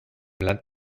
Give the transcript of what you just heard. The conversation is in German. land